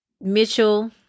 Mitchell